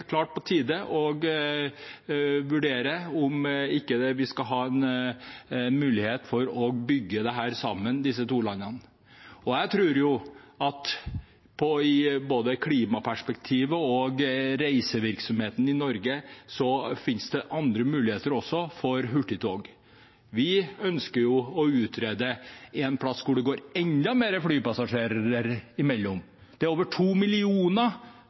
på tide å vurdere om ikke vi skal ha en mulighet for å bygge sammen disse to landene. Både i klimaperspektivet og når det gjelder reisevirksomheten i Norge, tror jeg det også finnes andre muligheter for hurtigtog. Vi ønsker jo å utrede en plass det går enda flere flypassasjerer. Det er over to millioner